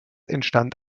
entstand